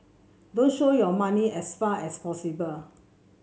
don't show your money as far as possible